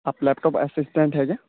آپ laptop assistant ہیں کیا